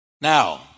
Now